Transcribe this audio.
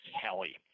Kelly